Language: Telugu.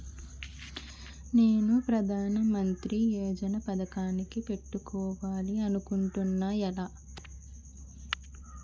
నేను ప్రధానమంత్రి యోజన పథకానికి పెట్టుకోవాలి అనుకుంటున్నా ఎలా?